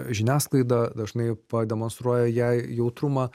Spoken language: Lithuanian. žiniasklaida dažnai pademonstruoja jei jautrumą